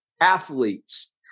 athletes